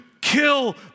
kill